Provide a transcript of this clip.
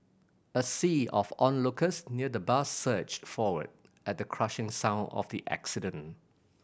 a sea of onlookers near the bus surged forward at the crushing sound of the accident